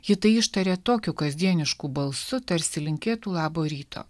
ji tai ištarė tokiu kasdienišku balsu tarsi linkėtų labo ryto